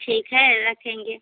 ठीक है रखेंगे